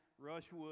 Rushwood